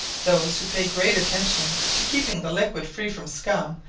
those who pay great attention to keeping the liquid free from scum,